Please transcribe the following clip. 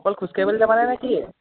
অকল খোজকাঢ়িবলৈ যাবানে কি